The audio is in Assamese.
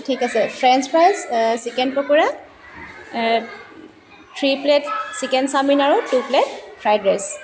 ঠিক আছে french fries chicken pakora three plate chicken chowmein আৰু টু প্লে'ট ফ্ৰাইদ ৰাইচ